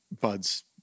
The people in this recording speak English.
buds